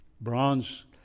bronze